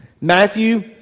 Matthew